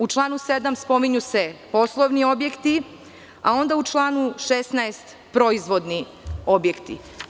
U članu 7. spominju se poslovni objekti, a onda u članu 16. proizvodni objekti.